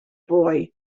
boy